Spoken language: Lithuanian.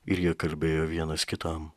ir jie kalbėjo vienas kitam